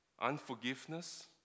Unforgiveness